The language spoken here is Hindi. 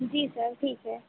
जी सर ठीक है